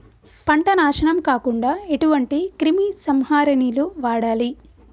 పంట నాశనం కాకుండా ఎటువంటి క్రిమి సంహారిణిలు వాడాలి?